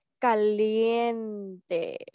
caliente